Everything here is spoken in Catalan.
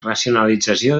racionalització